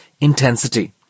intensity